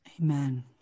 Amen